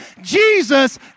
Jesus